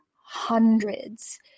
hundreds